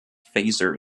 phaser